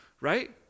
right